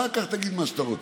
אחר כך תגיד מה שאתה רוצה.